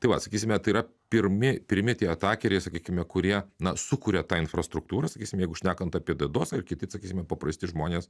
tai va sakysime tai yra pirmi primi tie atakeriai sakykime kurie na sukuria tą infrastruktūrą sakysim jeigu šnekant apie d dosą ir kiti sakysime paprasti žmonės